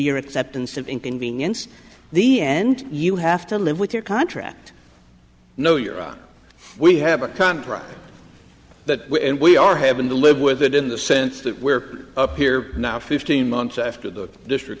your acceptance of inconvenience the end you have to live with your contract no your honor we have a contract that and we are having to live with it in the sense that we're up here now fifteen months after the district